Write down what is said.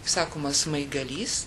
sakoma smaigalys